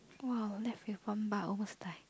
!wow! left with one bar almost die